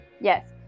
Yes